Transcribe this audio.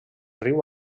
riu